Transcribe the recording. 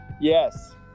Yes